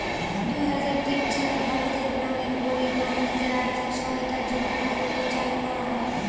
দুই হাজার তিন সালে ভারতের গ্রামের গরিব মানুষদের আর্থিক সহায়তার জন্য প্রকল্প চালু করা হয়